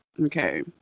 okay